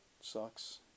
Sucks